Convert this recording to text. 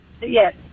Yes